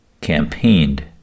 campaigned